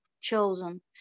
chosen